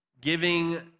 giving